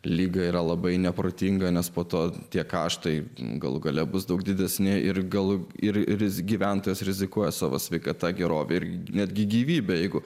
ligą yra labai neprotinga nes po to tiek aš tai galų gale bus daug didesnė ir galu ir ris gyventojas rizikuoja savo sveikata gerovė ir netgi gyvybe jeigu